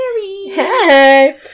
Hey